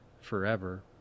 forever